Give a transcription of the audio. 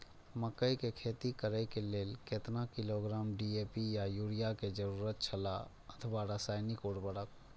मकैय के खेती करे के लेल केतना किलोग्राम डी.ए.पी या युरिया के जरूरत छला अथवा रसायनिक उर्वरक?